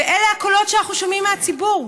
אלה הקולות שאנחנו שומעים מהציבור,